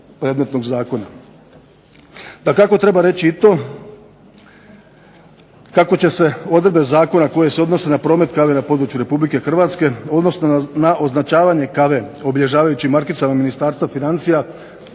Dakako, treba reći i to